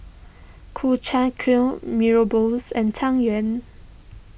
Ku Chai Kuih Mee Rebus and Tang Yuen